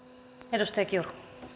arvoisa